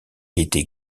était